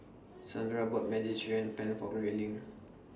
Zandra bought Mediterranean Penne For Grayling